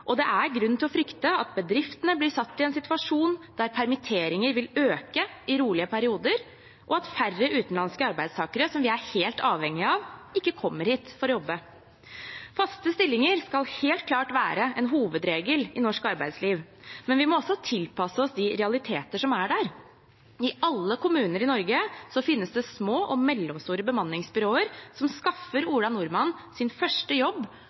og det er grunn til å frykte at bedriftene blir satt i en situasjon der permitteringer vil øke i rolige perioder, og at færre utenlandske arbeidstakere – som vi er helt avhengige av – ikke kommer hit for å jobbe. Faste stillinger skal helt klart være en hovedregel i norsk arbeidsliv, men vi må også tilpasse oss de realiteter som er der. I alle kommuner i Norge finnes det små og mellomstore bemanningsbyråer som skaffer Ola Nordmann sin første jobb,